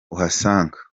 uhasanga